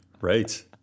Right